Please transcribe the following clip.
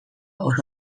oso